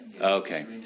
Okay